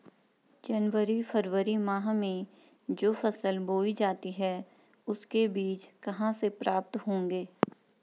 जनवरी फरवरी माह में जो फसल बोई जाती है उसके बीज कहाँ से प्राप्त होंगे?